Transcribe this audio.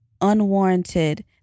unwarranted